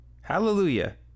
Hallelujah